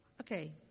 Okay